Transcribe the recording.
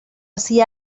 así